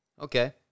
Okay